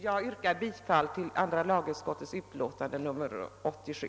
Jag yrkar bifall till andra lagutskottets hemställan i utlåtande nr 87.